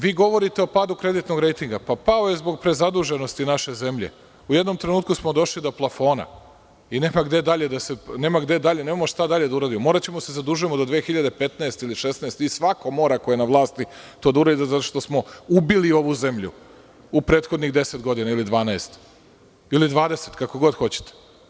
Vi govorite o padu kreditnog rejtinga, pao je zbog prezaduženosti naše zemlje, u jednom trenutku smo došli do plafona i nema gde dalje, nemamo šta dalje da uradimo, moraćemo da se zadužujemo do 2015. ili 2016. i svako mora ko je na vlasti to da uradi, zato što smo ubili ovu zemlju u prethodnih deset godina ili dvanaest, ili dvadeset, kako god hoćete.